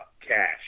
cash